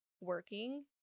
working